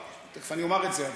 תכף אני אומר את זה,